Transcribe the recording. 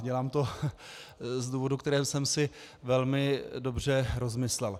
Dělám to z důvodů, které jsem si velmi dobře rozmyslel.